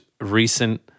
recent